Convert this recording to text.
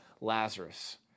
Lazarus